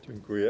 Dziękuję.